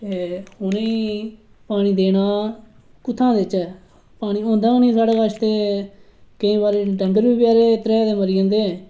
ऐ उनें गी कुत्थाआं पानी पीगे पानी होंदा गै नेईं साढे कश केई बारी डंगर बी बचारे त्रेहाए दे मरी जंदे